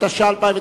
התש"ע 2009,